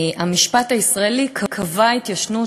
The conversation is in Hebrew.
המשפט הישראלי קבע התיישנות,